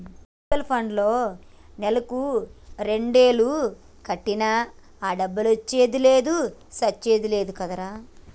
mutual పండ్లో నెలకు రెండేలు కట్టినా ఆ డబ్బులొచ్చింది లేదు సచ్చింది లేదు కదరా